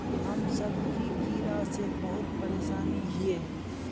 हम सब की कीड़ा से बहुत परेशान हिये?